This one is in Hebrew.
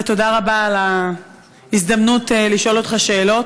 ותודה רבה על ההזדמנות לשאול אותך שאלות.